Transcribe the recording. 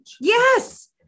yes